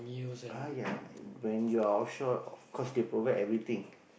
ah ya when you are offshore of course they provide everything